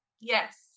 Yes